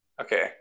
okay